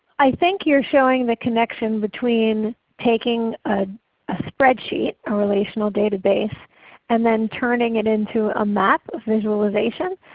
i think you are showing the connection between taking a spreadsheet or relational database and then turning it into a map visualization,